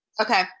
okay